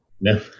No